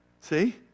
See